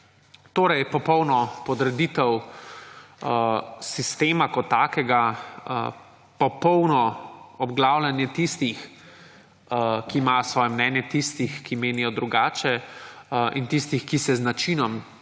Torej popolno podreditev sistema kot takega. Popolno obglavljanje tistih, ki imajo svoje mnenje, tistih, ki menijo drugače, in tistih, ki se z načinom